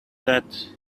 that